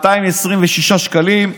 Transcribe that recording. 575,226 שקל,